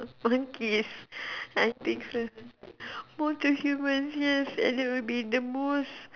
wasn't kiss I think so born to humans yes and it will be the most